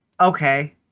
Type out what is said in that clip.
Okay